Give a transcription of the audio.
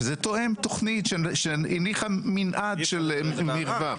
וזה תואם תוכנית שהניחה מנעד של מרווח.